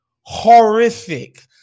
horrific